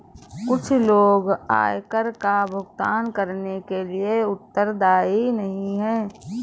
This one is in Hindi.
कुछ लोग आयकर का भुगतान करने के लिए उत्तरदायी नहीं हैं